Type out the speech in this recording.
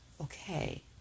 Okay